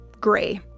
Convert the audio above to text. gray